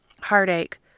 heartache